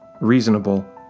reasonable